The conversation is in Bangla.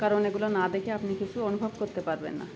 কারণ এগুলো না দেখে আপনি কিছু অনুভব করতে পারবেন না